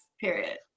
period